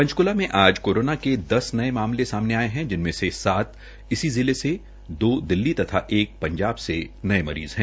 पंचकूला में आज कोरोना के दस नये मामले आमने आये है जिनमें से सात इसी जिले से दो दिल्ली तथा एक पंजाब से नये मरीज है